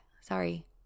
Sorry